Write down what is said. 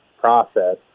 process